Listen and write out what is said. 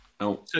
No